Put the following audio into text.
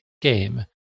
game